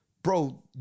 Bro